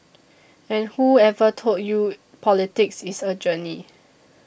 and whoever told you politics is a journey